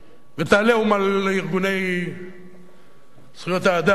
ואת ה"עליהום" על ארגוני זכויות האדם,